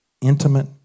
intimate